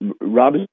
Rob